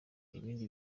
ibindi